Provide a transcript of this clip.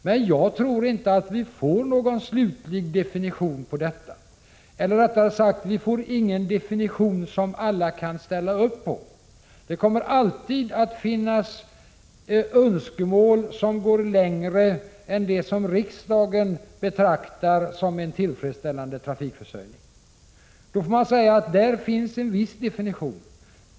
Men jag tror inte att vi får någon slutlig definition på detta, eller, rättare sagt, att vi får någon definition som alla kan ställa upp på. Det kommer alltid att finnas önskemål som går längre än det som riksdagen betraktar som en tillfredsställande trafikförsörjning. Man får säga att det i fråga om detta finns en viss definition.